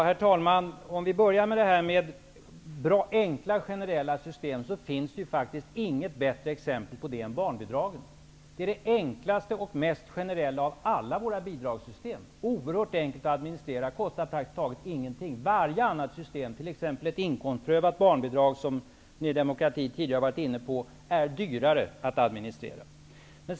Herr talman! När det gäller enkla generella sy stem finns det inget bättre exempel än barnbid ragssystemet. Det är det enklaste och mest gene rella system av alla våra bidragssystem. Det är oerhört enkelt att administrera. Administratio nen kostar praktiskt taget ingenting. Varje annat system är dyrare att administrera, exempelvis ett inkomstprövat barnbidrag, som Ny demokrati ti digare har varit inne på.